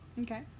Okay